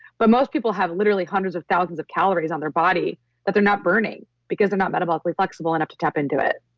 but most people have literally hundreds of thousands of calories on their body that they're not burning because they're not metabolically flexible enough to tap into it